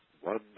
one